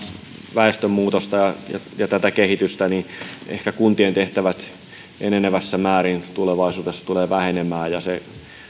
väestönmuutosta ja tätä kehitystä että ehkä kuntien tehtävät enenevässä määrin tulevaisuudessa tulevat vähenemään ja ja se